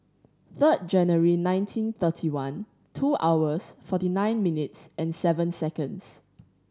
third January nineteen thirty one two hours forty nine minutes and seven seconds